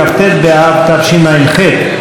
כ"ט באב תשע"ח,